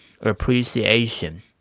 appreciation